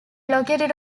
located